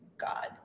God